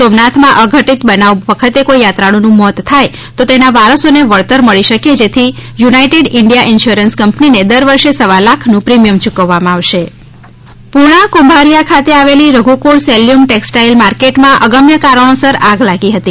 સોમનાથમાં અઘટિત બનાવ વખતે કોઇ યાત્રાળુનું મોત થાય તો તેના વારસોને વળતર મળી શકે જેથી યુનાઈટેડ ઇન્ડિયા ઇન્સ્યોરન્સ કંપનીને દર વર્ષે સવા લાખનું પ્રીમિયમ ચૂકવવામાં આવશે આગ પુણા કુંભારીયા ખાતે આવેલી રધુકુળ સેલ્યુમ ટેક્સટાઈલ માર્કેટમાં અગમ્યકારણીસર આગ લાગી ગઈ હતી